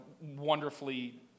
wonderfully